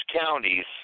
counties